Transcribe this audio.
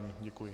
Děkuji.